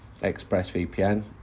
ExpressVPN